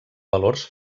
valors